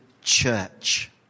church